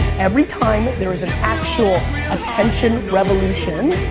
every time there is an actual attention revolution,